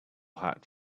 hot